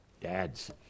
dads